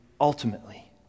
ultimately